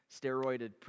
steroided